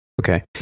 okay